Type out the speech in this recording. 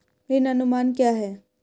ऋण अनुमान क्या है?